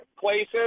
places